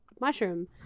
mushroom